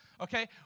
okay